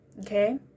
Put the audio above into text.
Okay